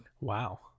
Wow